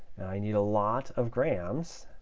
and i need a lot of grams,